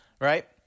right